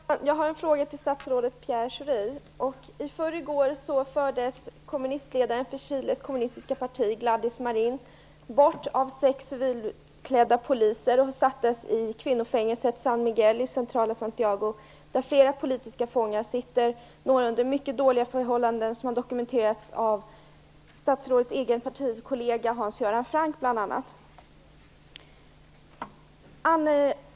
Fru talman! Jag har en fråga till statsrådet Pierre I förrgår fördes ledaren för Chiles kommunistiska parti Gladys Marin bort av sex civilklädda poliser och sattes i kvinnofängelset San Miguel i centrala Santiago. Där sitter flera politiska fångar, några under mycket dåliga förhållanden. Det har dokumenterats bl.a. av statsrådets egen partikollega Hans Göran Franck.